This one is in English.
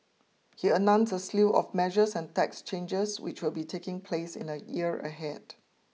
he announced a slew of measures and tax changes which will be taking place in the year ahead